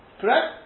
Correct